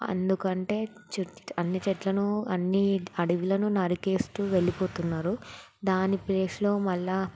అందుకంటే అన్ని చెట్లను అన్నీ అడవులను నరికేస్తూ వెళ్ళిపోతున్నారు దాని ప్లేస్లో మళ్ళీ